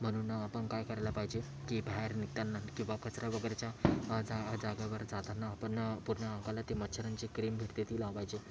म्हणून आपण काय करायला पाहिजे की बाहेर निघताना किंवा कचरा वगैरेंच्या जाग जागेवर जाताना आपण पूर्ण अंगाला ती मच्छरांची क्रीम भेटते ती लावायची